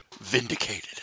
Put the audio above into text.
Vindicated